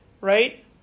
right